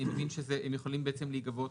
אני מבין שהם יכולים בעצם להיגבות